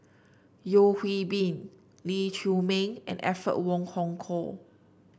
Yeo Hwee Bin Lee Chiaw Ming and Alfred Wong Hong Kwok